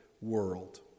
world